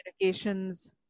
communications